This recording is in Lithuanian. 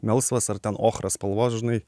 melsvas ar ten ochra spalvos žinai